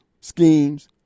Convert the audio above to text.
schemes